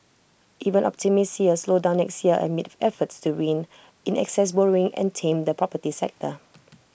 even optimists see A slowdown next year amid efforts to rein in excess borrowing and tame the property sector